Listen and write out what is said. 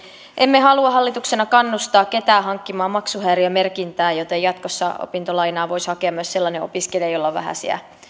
emme halua hallituksena kannustaa ketään hankkimaan maksuhäiriömerkintää joten jatkossa opintolainaa voisi hakea myös sellainen opiskelija jolla on vähäisiä